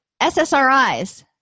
SSRIs